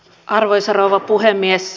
arvoisa rouva puhemies